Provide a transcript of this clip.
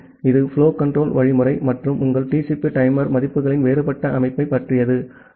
ஆகவே இது flow control வழிமுறை மற்றும் உங்கள் TCP டைமர் மதிப்புகளின் வேறுபட்ட அமைப்பைப் பற்றியது